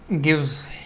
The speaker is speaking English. gives